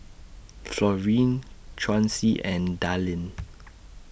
Florine Chauncy and Dallin